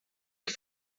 que